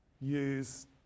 use